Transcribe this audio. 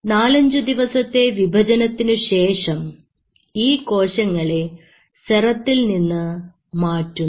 നാലഞ്ചു ദിവസത്തെ വിഭജനത്തിനുശേഷം ഈ കോശങ്ങളെ സെറത്തിൽ നിന്ന് മാറ്റുന്നു